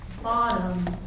bottom